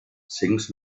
things